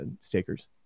stakers